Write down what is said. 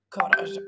God